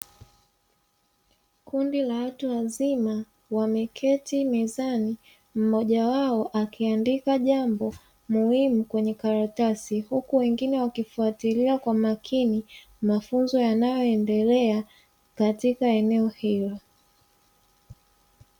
Kundi la watu wazima wameketi mezani mmoja wao akiandika jambo muhimu kwenye karatasi huku wengine wakifuatilia kwa makini mafunzo yanayoendelea katika eneo hilo.